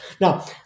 Now